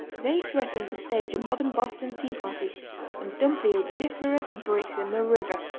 they threatened to stage a modern boston tea party and dump the odoriferous bricks in the river,